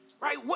Right